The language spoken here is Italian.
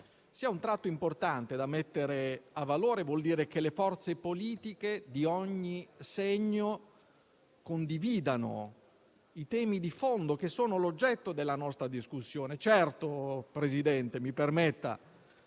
sia un tratto importante da mettere a valore, perché vuol dire che le forze politiche di ogni segno condividono i temi di fondo che sono l'oggetto della nostra discussione. Certo, Presidente, mi permetta